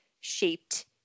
shaped